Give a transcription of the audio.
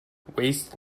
waste